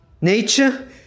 nature